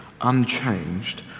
unchanged